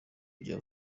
bya